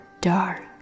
dark